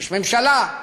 יש ממשלה,